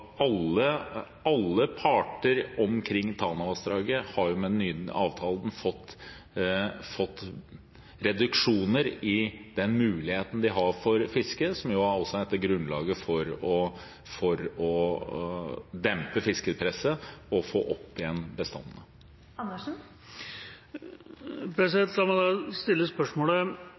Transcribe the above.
alle parter omkring Tanavassdraget har med den nye avtalen fått reduksjoner i mulighetene de har for å fiske, som gir grunnlag for å dempe fiskepresset og få bestanden opp igjen. La meg da stille spørsmålet: